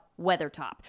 Weathertop